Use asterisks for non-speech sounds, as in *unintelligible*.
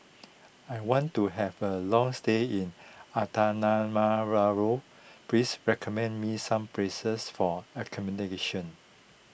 I want to have a long stay in *unintelligible* please recommend me some places for accommodation